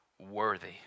Worthy